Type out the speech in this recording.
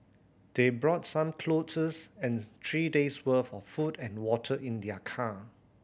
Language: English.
they brought some clothes and three days' worth of food and water in their car